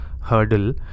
hurdle